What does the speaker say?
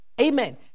Amen